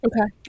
okay